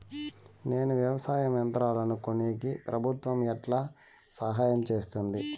నేను వ్యవసాయం యంత్రాలను కొనేకి ప్రభుత్వ ఎట్లా సహాయం చేస్తుంది?